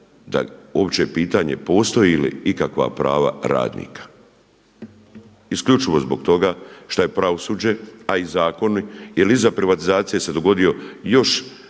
da uopće pitanje postoje li ikakva prava radnika. Isključivo zbog toga što je pravosuđe a i zakoni, je li iza privatizacije se dogodio još